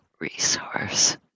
resource